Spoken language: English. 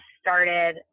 started